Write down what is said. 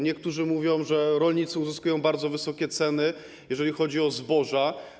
Niektórzy mówią, że rolnicy uzyskują bardzo wysokie ceny, jeżeli chodzi o zboża.